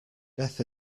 death